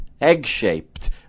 egg-shaped